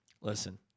listen